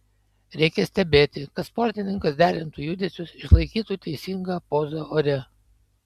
reikia stebėti kad sportininkas derintų judesius išlaikytų teisingą pozą ore